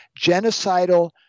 genocidal